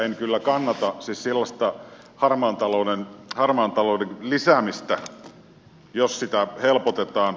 en kyllä kannata sellaista harmaan talouden lisäämistä että sitä helpotetaan